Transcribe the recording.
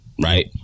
right